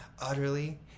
utterly